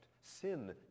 sin